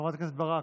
חברת הכנסת ברק,